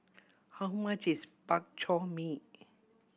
how much is Bak Chor Mee